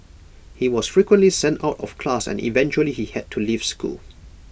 he was frequently sent out of class and eventually he had to leave school